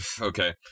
Okay